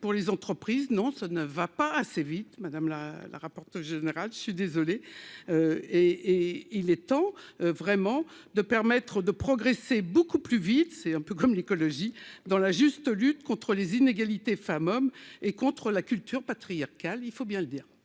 pour les entreprises non ça ne va pas assez vite, madame la rapporteure générale, je suis désolé et et il est temps, vraiment, de permettre de progresser beaucoup plus vite, c'est un peu comme l'écologie dans la juste lutte contre les inégalités femmes-hommes et contre la culture patriarcale, il faut bien le dire,